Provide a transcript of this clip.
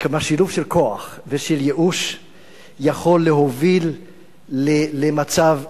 שילוב של כוח וייאוש יכול להוביל למצב קטסטרופלי.